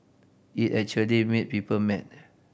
it actually made people mad